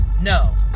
No